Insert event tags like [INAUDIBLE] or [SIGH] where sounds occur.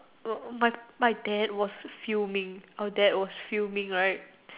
[NOISE] my my dad was fuming our dad was fuming right